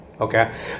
Okay